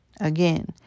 Again